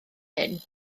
hyn